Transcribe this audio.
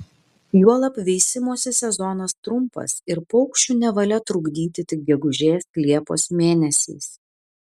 juolab veisimosi sezonas trumpas ir paukščių nevalia trukdyti tik gegužės liepos mėnesiais